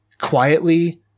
quietly